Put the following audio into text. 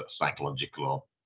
psychological